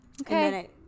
Okay